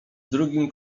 drugim